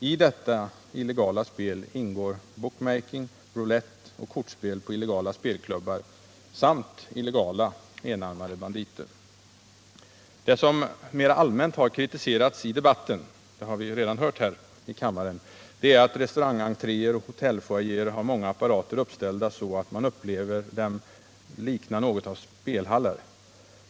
I detta illegala spel ingår bookmaking, roulett och kortspel på illegala spel Det som mera allmänt har kritiserats i debatten — det har vi hört här i dag — är att restaurangentréer och hotellfoajéer har så många apparater uppställda att de liknar spelhallar.